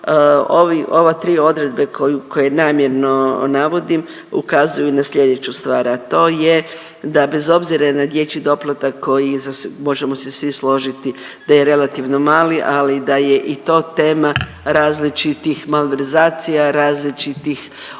ova 3 odredbe koju, koje namjerno navodim ukazuju na slijedeću stvar, a to je da bez obzira na dječji doplatak koji možemo se svi složiti da je relativno mali, ali da je i to tema različitih malverzacija, različitih opcija